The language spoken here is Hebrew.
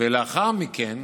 לאחר מכן,